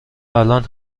الان